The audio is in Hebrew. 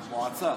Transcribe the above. מועצה.